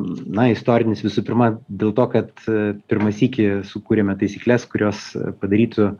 na istorinis visų pirma dėl to kad pirmą sykį sukūrėme taisykles kurios padarytų